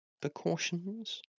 precautions